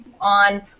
on